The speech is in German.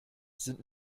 sind